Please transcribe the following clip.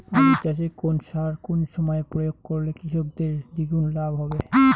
আলু চাষে কোন সার কোন সময়ে প্রয়োগ করলে কৃষকের দ্বিগুণ লাভ হবে?